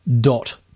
dot